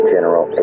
General